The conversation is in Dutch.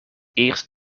eerst